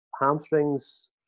hamstrings